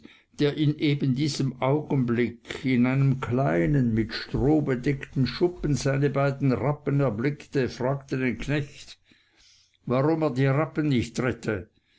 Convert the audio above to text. der in ebendiesem augenblick in einem kleinen mit stroh bedeckten schuppen seine beiden rappen erblickte fragte den knecht warum er die rappen nicht rette